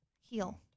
Heal